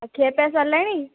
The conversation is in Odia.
ଆଉ ଖିଆ ପିଆ ସରିଲାଣି